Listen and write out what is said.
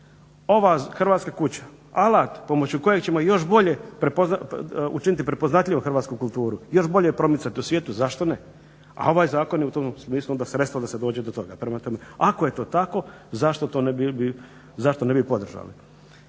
ova Hrvatska kuća alat pomoću kojeg ćemo još bolje učiniti prepoznatljivu hrvatsku kulturu, još bolje je promicati u svijetu. Zašto ne? A ovaj zakon je u tom smislu onda sredstvo da se dođe do toga. Prema tome, ako je to tako zašto ne bi podržali.